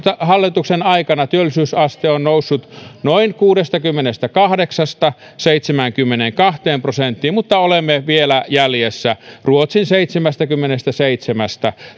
hallituksen aikana työllisyysaste on noussut noin kuudestakymmenestäkahdeksasta seitsemäänkymmeneenkahteen prosenttiin mutta olemme vielä jäljessä ruotsin seitsemästäkymmenestäseitsemästä